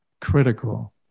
critical